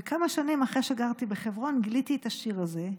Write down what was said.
וכמה שנים אחרי שגרתי בחברון גיליתי את השיר הזה,